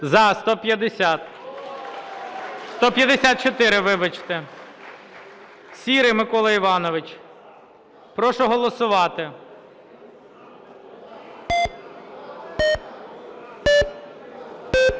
За – 150. 154, вибачте. Сірий Микола Іванович. Прошу голосувати.